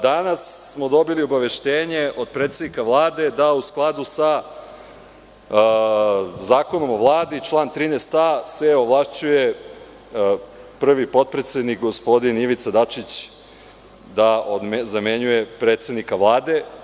Danas smo dobili obaveštenje od predsednika Vlade da u skladu sa Zakonom o vladi, član 13a, se ovlašćuje prvi potpredsednik, gospodin Ivica Dačić, da zamenjuje predsednika Vlade.